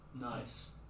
Nice